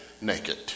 naked